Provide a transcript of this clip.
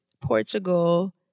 Portugal